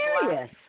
serious